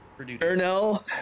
Ernell